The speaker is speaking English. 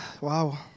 Wow